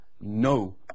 no